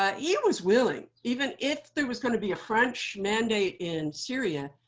ah he was willing, even if there was going to be a french mandate in syria,